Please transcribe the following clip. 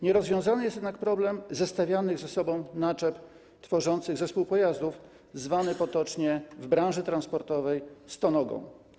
Nierozwiązany jest jednak problem dotyczący zestawianych ze sobą naczep tworzących zespół pojazdów, zwany potocznie w branży transportowej stonogą.